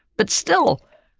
but still,